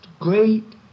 great